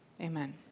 Amen